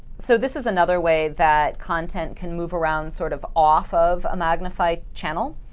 so this is another way that content can move around sort of off of a magnify channel.